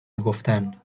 میگفتن